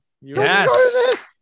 Yes